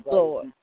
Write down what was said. Lord